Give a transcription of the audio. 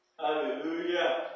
Hallelujah